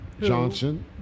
Johnson